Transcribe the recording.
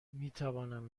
میتوانم